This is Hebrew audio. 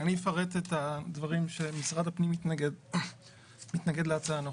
אני אפרט את הדברים שמשרד הפנים מתנגד להצעה הנוכחית.